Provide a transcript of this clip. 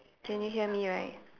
can you hear me right